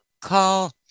call